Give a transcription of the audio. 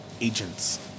agents